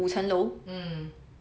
hmm